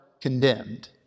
condemned